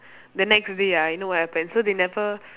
the next day ah you know what happen so they never